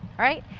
alright?